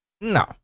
No